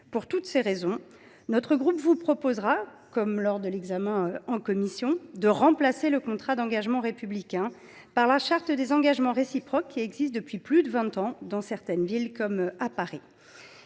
Pour toutes ces raisons, notre groupe vous proposera, comme lors de l’examen en commission, de remplacer le contrat d’engagement républicain par la charte des engagements réciproques, qui existe depuis plus de vingt ans, dans certaines villes comme Paris.